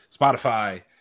Spotify